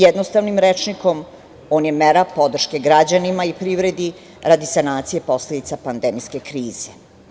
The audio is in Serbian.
Jednostavnim rečnikom, on je mera podrške građanima i privredi radi sanacije posledica pandemijske krize.